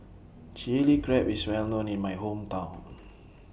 Chili Crab IS Well known in My Hometown